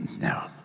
No